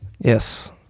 yes